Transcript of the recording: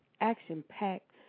action-packed